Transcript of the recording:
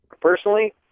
Personally